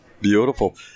Beautiful